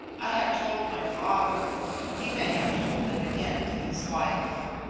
i have told my father he may have told it again to his wife.